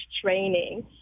training